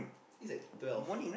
it's at twelve